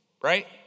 right